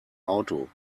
auto